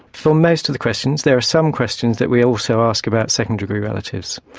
for most of the questions. there are some questions that we also ask about second degree relatives.